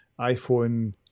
iphone